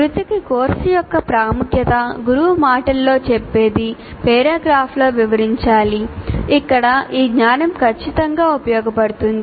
వృత్తికి కోర్సు యొక్క ప్రాముఖ్యత గురువు మాటల్లో చెప్పేది పేరాగ్రాఫ్లో వివరించాలి ఇక్కడ ఈ జ్ఞానం ఖచ్చితంగా ఉపయోగించబడుతుంది